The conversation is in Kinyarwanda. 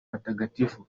hatagatifu